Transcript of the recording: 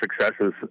successes